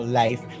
life